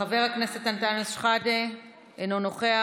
חבר הכנסת אנטאנס שחאדה, אינו נוכח.